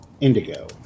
Indigo